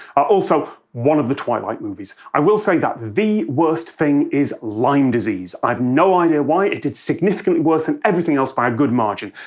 also one of the twilight movies. i will say that the worst thing. is lyme disease. i've no idea why. it did significantly worse than and everything else, by a good margin.